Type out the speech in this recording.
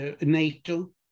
NATO